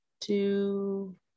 two